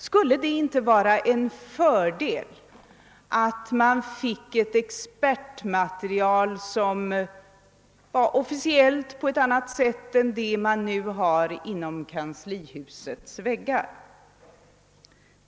Skulle det inte vara en fördel att få ett expertmaterial som vore officiellt på ett annat sätt än det som nu finns inom kanslihusets väggar?